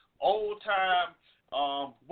old-time